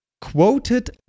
quoted